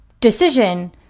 decision